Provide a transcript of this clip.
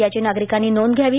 याची नागरिकांनी नोंद घ्यावी